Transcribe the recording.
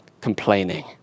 complaining